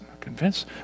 Convinced